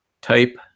type